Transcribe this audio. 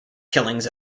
killings